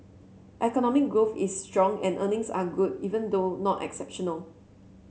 economic growth is strong and earnings are good even though not exceptional